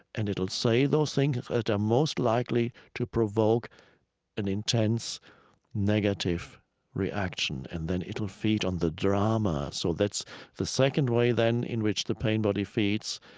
and it'll say those things that are most likely to provoke an intense negative reaction, and then it'll feed on the drama. so that's the second way, then, in which the pain body feeds,